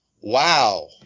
wow